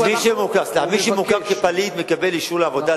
מי שמוכר כפליט מקבל אישור לעבודה,